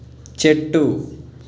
చెట్టు